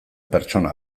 pertsona